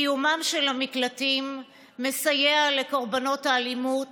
קיומם של המקלטים מסייע לקורבנות האלימות